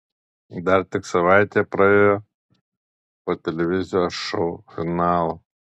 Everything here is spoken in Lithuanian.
dar tik savaitė praėjo po televizijos šou finalo